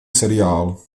seriál